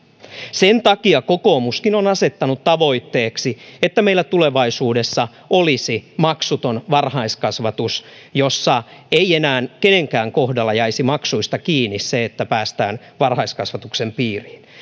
sen takia kokoomuskin on asettanut tavoitteeksi että meillä tulevaisuudessa olisi maksuton varhaiskasvatus jossa ei enää kenenkään kohdalla jäisi maksuista kiinni se että päästään varhaiskasvatuksen piiriin